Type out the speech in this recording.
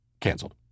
canceled